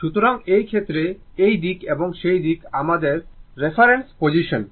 সুতরাং এই ক্ষেত্রে এই দিক এবং সেই দিক আমাদের রেফারেন্স পজিশন